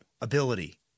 ability